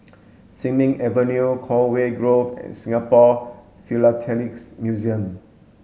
Sin Ming Avenue Conway Grove and Singapore Philatelic Museum